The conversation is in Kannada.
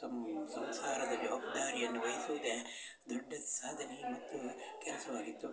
ಸಂ ಸಂಸಾರದ ಜವಾಬ್ದಾರಿಯನ್ನು ವಹಿಸೋದೆ ದೊಡ್ಡ ಸಾಧನೆ ಮತ್ತು ಕೆಲಸವಾಗಿತ್ತು